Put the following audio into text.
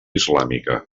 islàmica